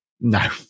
No